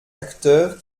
acteurs